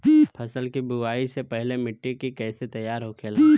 फसल की बुवाई से पहले मिट्टी की कैसे तैयार होखेला?